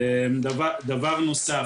אני חושב